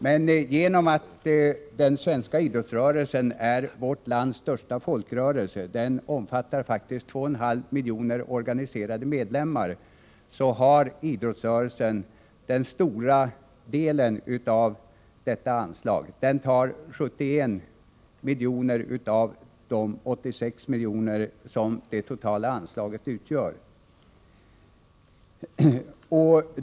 Men genom att idrottsrörelsen är vårt lands största folkrörelse — den innefattar faktiskt 2,5 miljoner organiserade medlemmar — har idrottsrörelsen den största delen av detta anslag. Den tar 71 miljoner av de 86 miljoner som det totala anslaget utgör.